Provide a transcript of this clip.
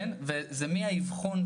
מצוין, מובן.